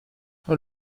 how